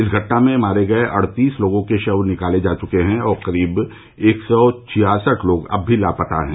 इस घटना में मारे गए अडतीस लोगों के शव निकाले जा चुके हैं और करीब एक सौ छियासठ लोग अभी भी लापता हैं